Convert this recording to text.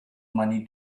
money